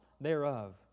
thereof